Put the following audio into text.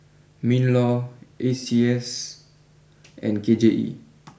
Minlaw A C S I and K J E